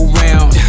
round